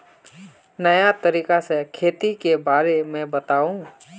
नया तरीका से खेती के बारे में बताऊं?